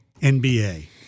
NBA